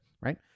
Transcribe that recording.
Right